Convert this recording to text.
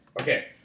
Okay